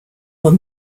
were